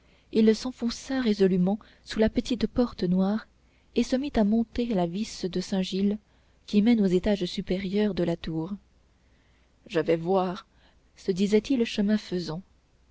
il s'enfonça résolument sous la petite porte noire et se mit à monter la vis de saint-gilles qui mène aux étages supérieurs de la tour je vais voir se disait-il chemin faisant